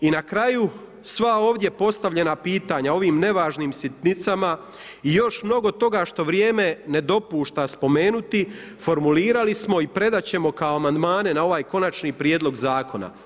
I na kraju, sva ovdje postavljena pitanja o ovim nevažnim sitnicama i još mnogo toga što vrijeme ne dopušta spomenuti formulirali smo i predat ćemo kao amandmane na ovaj Konačni prijedlog Zakona.